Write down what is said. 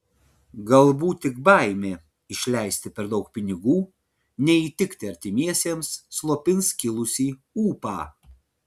galbūt tik baimė išleisti per daug pinigų neįtikti artimiesiems slopins kilusį ūpą